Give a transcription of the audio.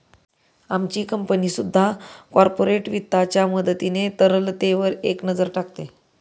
आमची कंपनी सुद्धा कॉर्पोरेट वित्ताच्या मदतीने तरलतेवर एक नजर टाकते